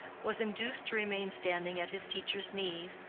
was induced to remain standing at his teacher's knees,